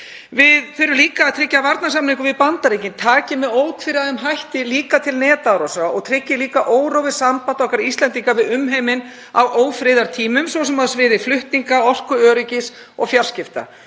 Við þurfum líka að tryggja að varnarsamningur við Bandaríkin taki með ótvíræðum hætti til netárása og tryggi órofið samband okkar Íslendinga við umheiminn á ófriðartímum, svo sem á sviði flutninga, orkuöryggis og fjarskipta.